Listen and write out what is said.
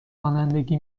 رانندگی